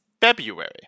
February